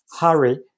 hurry